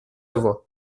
voix